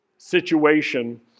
Situation